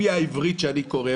לפי העברית שאני קורא,